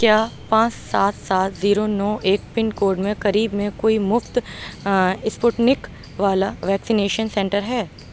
کیا پانچ سات سات زیرو نو ایک پن کوڈ میں قریب میں کوئی مفت اسپوتنک والا ویکسینیشن سنٹر ہے